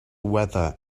weather